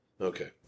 Okay